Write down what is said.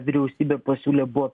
vyriausybė pasiūlė buvo